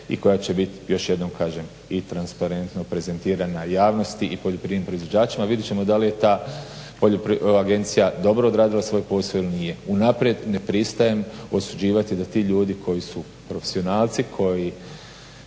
i koja će biti još jednom kažem i transparentno prezentirana javnosti i poljoprivrednim proizvođačima. Vidjet ćemo da li je ta agencija dobro odradila svoj posao ili nije. Unaprijed ne pristajem osuđivati da ti ljudi koji su profesionalci koji